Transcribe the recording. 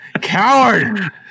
Coward